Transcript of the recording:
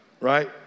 right